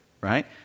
right